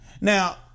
Now